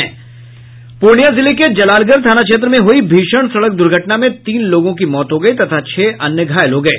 पूर्णियां जिले के जलालगढ़ थाना क्षेत्र में हुयी भीषण सड़क द्र्घटना में तीन लोगों की मौत हो गयी तथा छह अन्य घायल हो गये